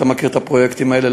אתה מכיר את הפרויקטים האלה,